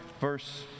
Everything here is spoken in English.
verse